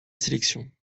sélection